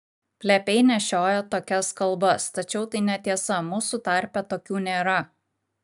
plepiai nešiojo tokias kalbas tačiau tai netiesa mūsų tarpe tokių nėra